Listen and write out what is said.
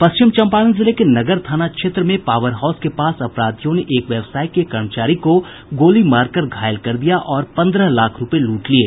पश्चिम चम्पारण जिले के नगर थाना क्षेत्र में पावर हाउस के पास अपराधियों ने एक व्यवसायी के कर्मचारी को गोली मारकर घायल कर दिया और पन्द्रह लाख रूपये लूट लिये